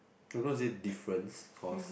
I'm gonna say difference cause